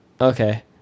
Okay